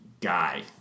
guy